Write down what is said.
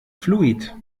fluid